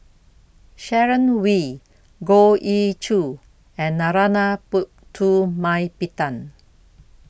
Sharon Wee Goh Ee Choo and Narana Putumaippittan